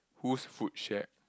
whose food shared